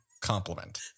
compliment